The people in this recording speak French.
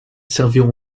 serviront